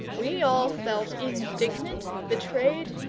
we all felt indignant, betrayed,